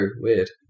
weird